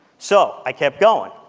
so i kept going.